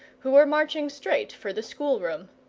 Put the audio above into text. who were marching straight for the schoolroom.